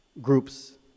groups